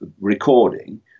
recording